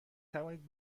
توانید